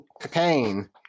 cocaine